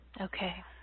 okay